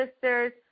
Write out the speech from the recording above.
sisters